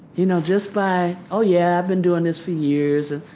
you know, just by, oh yeah, i've been doing this for years. and